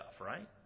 right